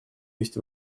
есть